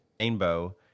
Rainbow